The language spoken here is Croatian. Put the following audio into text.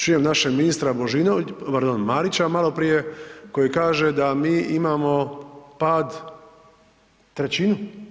Čujem našeg ministra Božino, pardon Marića maloprije koji kaže da mi imamo pad trećinu.